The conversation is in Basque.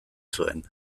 zuen